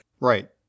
Right